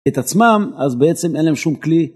את עצמם, אז בעצם אין להם שום כלי.